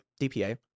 DPA